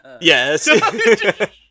Yes